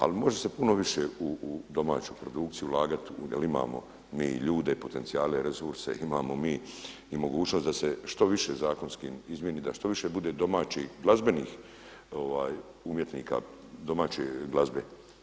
Ali može se puno više u domaću produkciju ulagati jel imamo ljude, potencijale i resurse imamo mi i mogućnost da se što više zakonski izmjeni, da što više bude domaćih glazbenih umjetnika domaće glazbe.